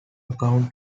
account